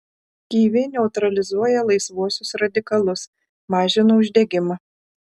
kiviai neutralizuoja laisvuosius radikalus mažina uždegimą